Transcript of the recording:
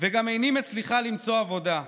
וגם איני מצליחה למצוא עבודה.